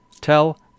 tell